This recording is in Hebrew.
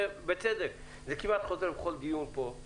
זה כמעט חוזר בכל דיון פה,